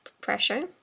pressure